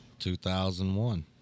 2001